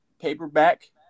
paperback